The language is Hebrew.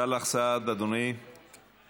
סאלח סעד, מוותר,